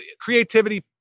creativity